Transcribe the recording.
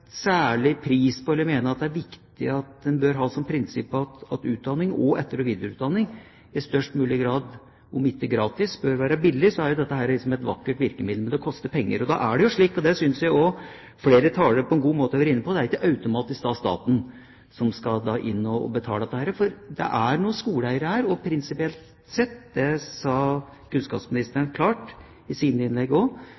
særlig pris på, eller mener at det er viktig, at en bør ha som prinsipp at utdanning og etter- og videreutdanning i størst mulig grad bør om ikke være gratis, være billig, er dette et vakkert virkemiddel. Men det koster penger. Da er det slik, det synes jeg også flere talere på en god måte har vært inne på, at det ikke automatisk er staten som skal betale. Det er noen skoleeiere her som prinsipielt sett, og det sa kunnskapsministeren klart også i sine innlegg, er dem som bør ta ansvar. Det må også inkludere det